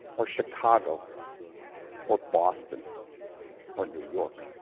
or chicago or boston or new york?